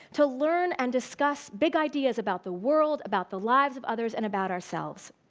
to learn and discuss big ideas about the world, about the lives of others and about ourselves.